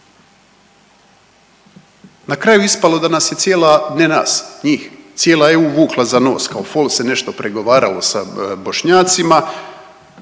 Na kraju je ispalo da nas je cijela, ne nas njih cijela EU vukla za nos, kao fol se nešto pregovaralo sa Bošnjacima,